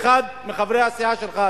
אחד מחברי הסיעה שלך,